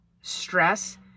stress